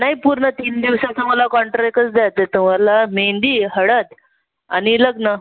नाई पूर्ण तीन दिवसाचा मला कॉन्ट्रॅकच द्यायचा आहे तुम्हाला मेंदी हळद आणि लग्न